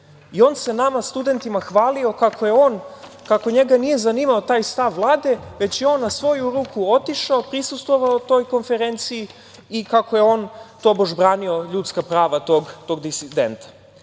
On se nama studentima hvalio kako njega nije zanimao taj stav Vlade, već je on na svoju ruku otišao, prisustvovao toj konferenciji i kako je on tobož branio ljudska prava tog disidenta.